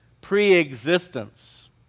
pre-existence